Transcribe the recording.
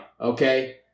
Okay